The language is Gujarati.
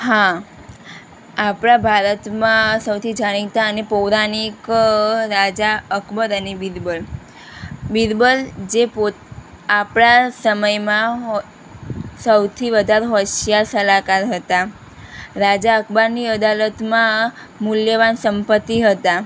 હા આપણા ભારતમાં સૌથી જાણીતાને પોરાણીક રાજા અકબર અને બીરબલ બીરબલ જે પોત આપણા સમયમાં હો સૌથી વધાર હોશિયાર સલાહકાર હતા રાજા અકબરની અદાલતમાં મૂલ્યવાન સંપતિ હતા